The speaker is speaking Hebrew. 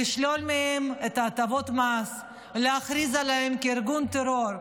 לשלול מהם את הטבות המס ולהכריז עליהם כארגון טרור,